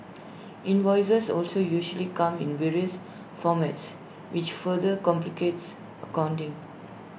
invoices also usually come in various formats which further complicates accounting